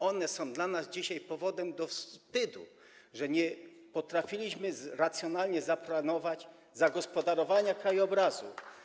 One są dla nas dzisiaj powodem do wstydu, że nie potrafiliśmy racjonalnie zaplanować zagospodarowania krajobrazu.